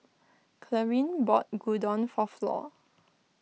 Clarine bought Gyudon for Flor